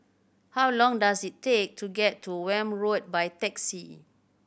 how long does it take to get to Welm Road by taxi